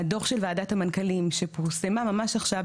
בדו"ח של ועדת המנכ"לים שפורסם ממש עכשיו,